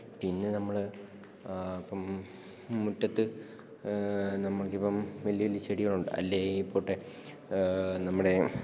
പിന്നെ നമ്മള് ഇപ്പോള് മുറ്റത്ത് നമ്മൾക്കിപ്പോള് വലിയ വലിയ ചെടികളുണ്ട് അല്ലെങ്കില്പ്പോട്ടെ നമ്മുടെ